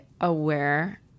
aware